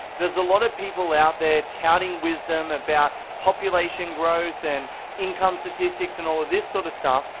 there's a lot of people out there touting wisdom about population growth and income statistics and all of this sort of stuff,